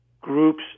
groups